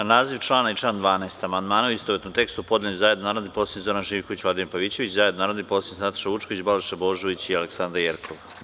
Na naziv člana i član 12. amandmane u istovetnom tekstu podneli su zajedno narodni poslanici Zoran Živković i Vladimir Pavićević i zajedno narodni poslanici Nataša Vučković, Balša Božović i mr Aleksandra Jerkov.